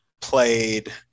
played